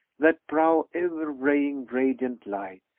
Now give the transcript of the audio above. that brow e'er raying radiant light!